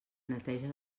neteja